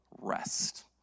rest